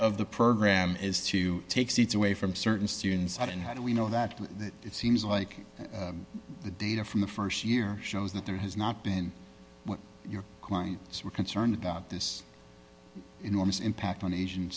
of the program is to take seats away from certain students out and how do we know that it seems like the data from the st year shows that there has not been what your clients were concerned about this enormous impact on asian